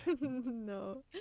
No